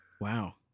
Wow